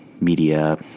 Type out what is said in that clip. media